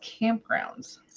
campgrounds